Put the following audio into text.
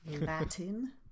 Latin